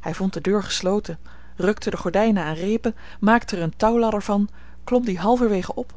hij vond de deur gesloten rukte de gordijnen aan reepen maakte er een touwladder van klom die halverwege op